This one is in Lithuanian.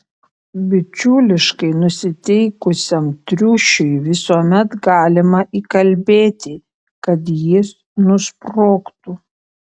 bičiuliškai nusiteikusiam triušiui visuomet galima įkalbėti kad jis nusprogtų